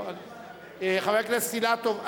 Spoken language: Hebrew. חבר הכנסת אילטוב,